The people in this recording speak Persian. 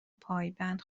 پایبند